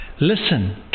Listen